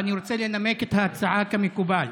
ואני רוצה לנמק את ההצעה כמקובל.